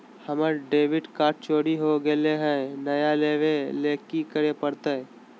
हमर debit card चोरी हो गेले हई, नया लेवे ल की करे पड़तई?